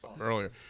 Earlier